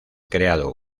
creado